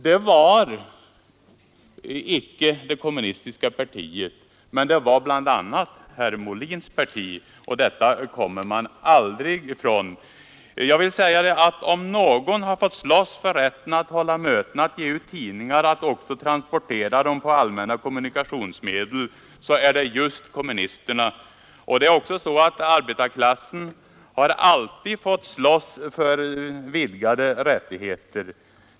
Det var icke det kommunistiska partiet — det var bl.a. herr Molins parti, och detta kommer man aldrig ifrån. Om några har fått slåss för rätten att hålla möten och att ge ut tidningar liksom också att transportera dem på allmänna kommunikationsmedel är det just kommunisterna. Det är också så att arbetarklassen alltid har fått strida för vidgade rättigheter.